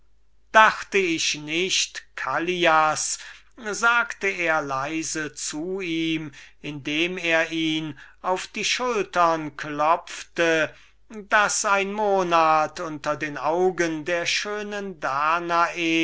dachte ich nicht callias sagte er leise zu ihm indem er ihn auf die schultern klopfte daß ein monat unter den augen der schönen danae